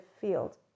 field